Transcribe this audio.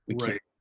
Right